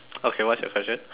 okay what's your question